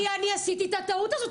כי אני עשיתי את הטעות הזאת.